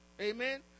Amen